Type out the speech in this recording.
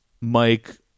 Mike